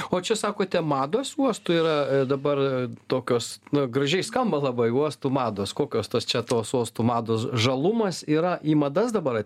o čia sakote mados uostų yra dabar tokios na gražiai skamba labai uostų mados kokios tos čia tos uostų mados žalumas yra į madas dabar